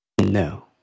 No